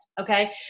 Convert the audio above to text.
Okay